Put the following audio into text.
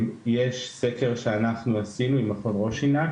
סקר שאנחנו עשינו עם מכון רושינק,